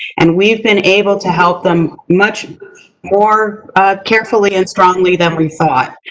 and we've been able to help them much more carefully and strongly than we thought.